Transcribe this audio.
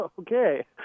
Okay